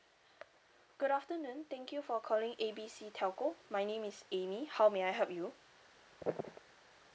good afternoon thank you for calling A B C telco my name is amy how may I help you